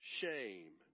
shame